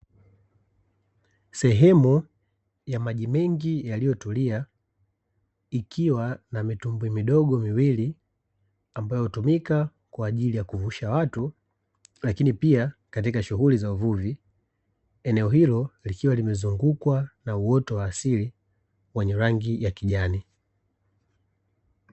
Sehemu ya maji mengi yaliyotulia ikwa na mitumbwi midogo miwili ambayo hutumika kwa ajili ya kuvusha watu lakini pia katika shughuli za uvuvi, eneo hilo likiwa limezungukwa na uoto wa asili wenye rangi ya kijani.